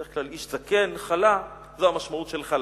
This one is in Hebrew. בדרך כלל איש זקן, חלה, זו המשמעות של חלה.